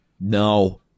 No